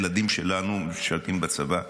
הילדים שלנו משרתים בצבא.